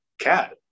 cat